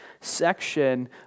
section